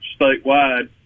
statewide